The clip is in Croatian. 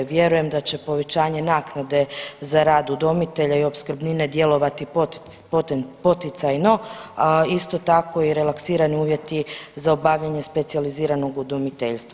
Vjerujem da će povećanje naknade za rad udomitelja i opskrbnine djelovati poticajno, a isto tako i relaksirani uvjeti za obavljanje specijaliziranog udomiteljstva.